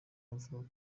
avuga